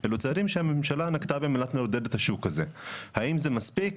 את המדד הזה שאתה שומע עד איפה זה הלא מספיק